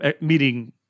meeting –